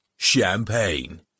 Champagne